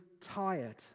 tired